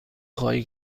خواهی